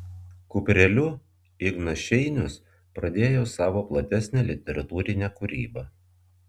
kupreliu ignas šeinius pradėjo savo platesnę literatūrinę kūrybą